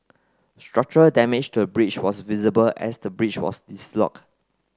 structural damage to the bridge was visible as the bridge was dislodge